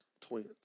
Twins